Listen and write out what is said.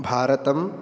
भारतम्